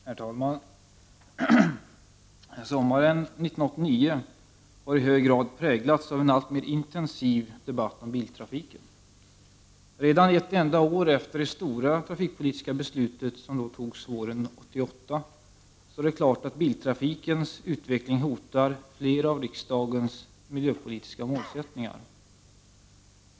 Herr talman! Sommaren 1989 har i hög grad präglats av en alltmer intensiv debatt om biltrafiken. Redan ett enda år efter det stora trafikpolitiska beslutet, som fattades våren 1988, står det klart att biltrafikens utveckling hotar flera av riksdagens miljöpolitiska målsättningar.